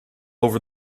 over